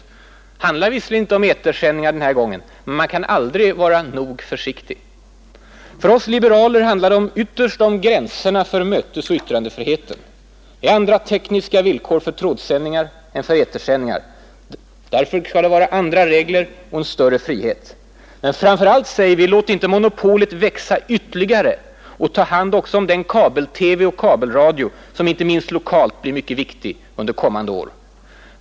Det handlar visserligen inte om etersändningar den här gången, men man kan aldrig vara nog försiktig menade man. För oss liberaler handlar det ytterst om gränserna för mötesoch yttrandefriheten. Det är andra tekniska villkor för trådsändningar än för etersändningar. Därför skall det vara andra regler och en större frihet. Men framför allt säger vi: Låt inte monopolet växa ytterligare och ta hand om den kabel-TV och kabelradio, som inte minst lokalt blir mycket viktig under kommande år.